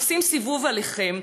עושים סיבוב עליכם.